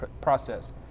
process